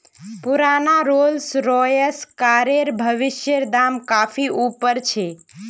पुराना Rolls Royce कारेर भविष्येर दाम काफी ऊपर छे